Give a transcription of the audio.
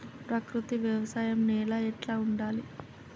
ప్రకృతి వ్యవసాయం నేల ఎట్లా ఉండాలి?